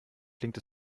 klingt